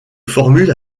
formule